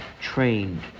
trained